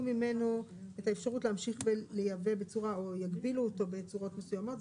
ממנו את האפשרות להמשיך ולייבא בצורה או יגבילו אותו בצורות מסוימות,